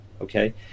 okay